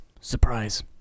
Surprise